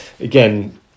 Again